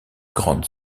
grande